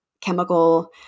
chemical